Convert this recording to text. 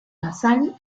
nasal